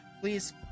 please